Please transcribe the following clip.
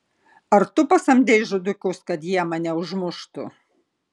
ar tu pasamdei žudikus kad jie mane užmuštų